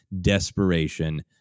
desperation